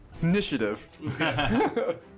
Initiative